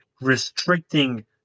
restricting